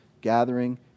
Gathering